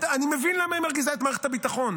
אני מבין למה היא מרגיזה את מערכת הביטחון,